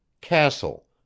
castle